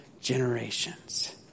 generations